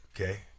okay